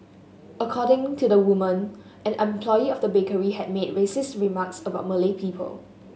according to the woman an employee of the bakery had made racist remarks about Malay people